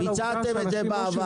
ביצעתם את זה בעבר.